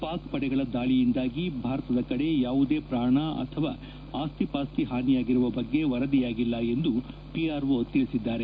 ಪಾಕ್ ಪಡೆಗಳ ದಾಳಿಯಿಂದಾಗಿ ಭಾರತದ ಕಡೆ ಯಾವುದೇ ಪ್ರಾಣ ಅಥವಾ ಆಸ್ತಿಪಾಸ್ತಿ ಹಾನಿಯಾಗಿರುವ ಬಗ್ಗೆ ವರದಿಯಾಗಿಲ್ಲ ಎಂದು ಪಿಆರ್ಒ ತಿಳಿಸಿದ್ದಾರೆ